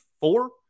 Four